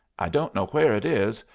i don't know where it is,